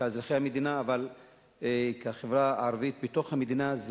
כאזרחי המדינה אבל כחברה הערבית בתוך המדינה,